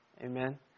Amen